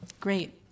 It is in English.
Great